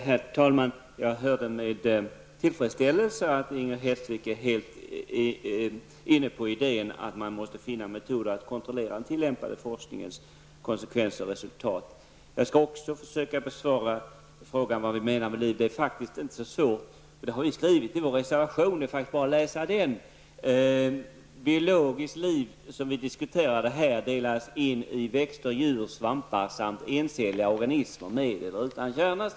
Herr talman! Jag lyssnade med tillfredsställelse på vad Inger Hestvik sade. Hon är helt inne på detta med att det är nödvändigt att finna metoder för att kontrollera konsekvenserna och resultatet av den tillämpade forskningen. Jag skall försöka besvara den fråga som har ställts om vad vi i miljöpartiet menar med liv. Det är faktiskt inte så svårt att definiera det. Det är bara att läsa vad vi säger i vår reservation: ''Biologiskt liv delas nämligen in i växter, djur, svampar samt encelliga organismer med eller utan kärna.''